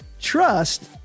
trust